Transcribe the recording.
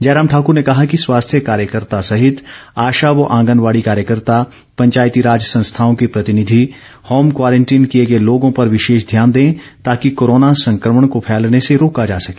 जयराम ठाकर ने कहा कि स्वास्थ्य कार्यकर्ता सहित आशा व आंगनबाड़ी कार्यकर्ता पंचायती राज संस्थाओं को प्रतिनिधि होम क्वारंटीन किए गए लोगों पर विशेष ध्यान दें ताकि कोरोना संक्रमण को फैलने से रोका जा सके